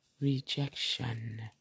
Rejection